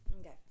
okay